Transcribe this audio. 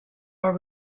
are